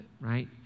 right